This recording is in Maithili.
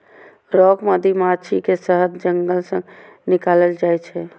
रॉक मधुमाछी के शहद जंगल सं निकालल जाइ छै